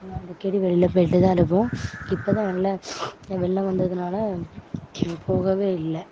நாங்கள் அடிக்கடி வெளியில் போய்ட்டு தான் இருப்போம் இப்போ தான் எல்லாம் வெள்ளம் வந்ததனால போகவே இல்லை